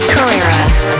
Carreras